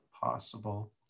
possible